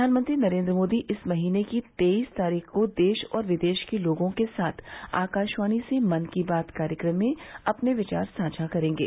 प्रधानमंत्री नरेन्द्र मोदी इस महीने की तेईस तारीख को देश और विदेश के लोगों के साथ आकाशवाणी से मन की बात कार्यक्रम में अपने विचार साझा करेंगे